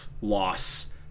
loss